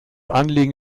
anliegen